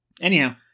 Anyhow